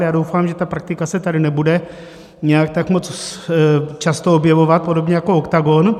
Já doufám, že ta praktika se tady nebude nějak moc často objevovat, podobně jako oktagon.